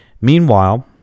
Meanwhile